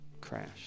crash